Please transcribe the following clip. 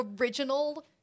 original